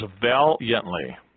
valiantly